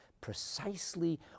Precisely